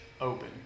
open